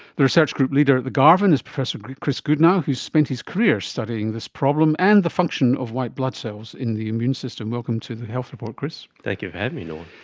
the research group leader at the garvan is professor chris goodnow, who has spent his career studying this problem and the function of white blood cells in the immune system. welcome to the health report, chris. thank you for having me norman.